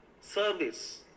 service